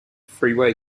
freeway